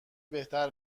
بهتر